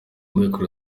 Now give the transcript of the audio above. michael